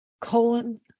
colon